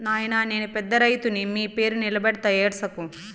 నాయినా నేను పెద్ద రైతుని మీ పేరు నిలబెడతా ఏడ్సకు